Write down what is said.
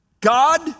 God